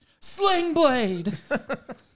Slingblade